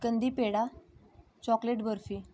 कंदी पेढा चॉकलेट बर्फी